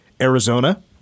Arizona